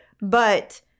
But-